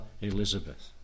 Elizabeth